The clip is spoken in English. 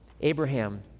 Abraham